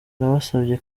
yanabasabye